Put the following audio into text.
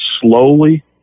slowly